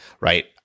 Right